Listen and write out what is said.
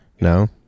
No